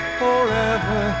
forever